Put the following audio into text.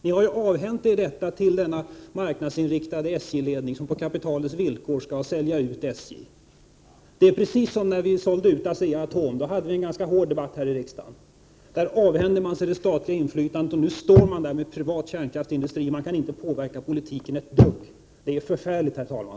Ni har ju avhänt er möjligheterna att göra något till den marknadsinriktade SJ-ledningen, som på kapitalets villkor skall sälja ut SJ. Det är precis som när staten sålde ut ASEA-Atom. Då hade vi en ganska hård debatt i riksdagen. Där avhände man sig det statliga inflytandet, och nu står man där med en privat kärnkraftsindustri och kan inte påverka politiken ett dugg. Det är förfärligt, herr talman!